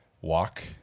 walk